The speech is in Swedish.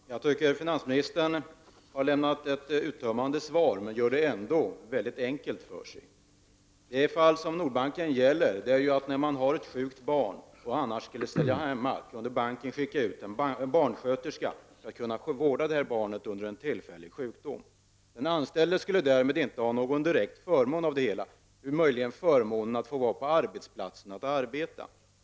Herr talman! Jag tycker att finansministern har lämnat ett uttömmande svar, men han gör det ändå mycket enkelt för sig. Fallet med Nordbanken innebär, att när en anställd har ett sjukt barn och inte kan gå till arbetet, kan banken i stället skicka hem en barnsköterska till den anställde för att vårda det sjuka barnet under en kort tid, så att den anställde kan gå till arbetet. Den anställde skulle därmed inte ha någon direkt förmån av det hela, möjligen förmånen att få vara på arbetsplatsen och arbeta.